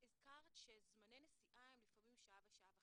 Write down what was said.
הזכרת שזמני נסיעה הם לפעמים שעה ושעה וחצי.